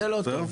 זה לא טוב,